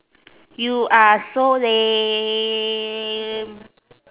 you are so lame